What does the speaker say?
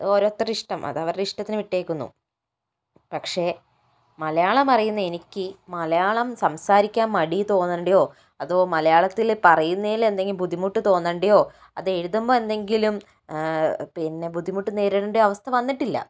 ഓരോരുത്തരുടെ ഇഷ്ടം അത് അവരുടെ ഇഷ്ടത്തിന് വിട്ടേക്കുന്നു പക്ഷെ മലയാളം അറിയുന്ന എനിക്ക് മലയാളം സംസാരിക്കാൻ മടി തോന്നേണ്ടയോ അതോ മലയാളത്തില് പറയുന്നതിൽ എന്തെങ്കിലും ബുദ്ധിമുട്ട് തോന്നേണ്ടയോ അത് എഴുതുമ്പോൾ എന്തെങ്കിലും പിന്നെ ബുദ്ധിമുട്ട് നേരിടേണ്ട അവസ്ഥ വന്നിട്ടില്ല